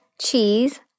cheese